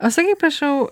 o sakyk prašau